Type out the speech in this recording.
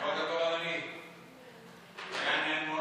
לאן נעלמו,